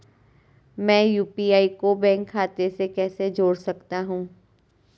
मैं यू.पी.आई को बैंक खाते से कैसे जोड़ सकता हूँ?